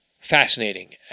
fascinating